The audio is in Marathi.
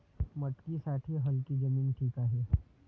मटकीसाठी हलकी जमीन ठीक आहे